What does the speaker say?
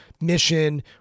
mission